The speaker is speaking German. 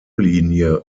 linie